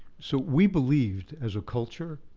so we believed, as a culture,